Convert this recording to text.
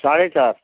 साढे़ चार